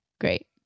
great